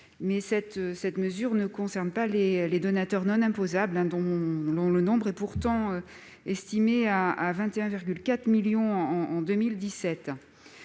mais cette mesure ne concerne pas les donateurs non imposables, dont le nombre était pourtant estimé à 21,4 millions en 2017.